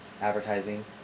advertising